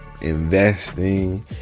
investing